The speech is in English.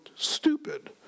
Stupid